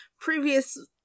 previous